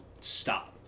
stop